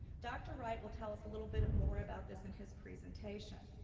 dr. wright will tell us a little bit more about this in his presentation.